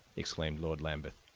exclaimed lord lambeth.